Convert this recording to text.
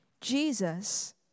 Jesus